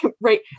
right